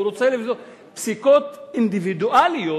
הוא רוצה פסיקות אינדיבידואליות,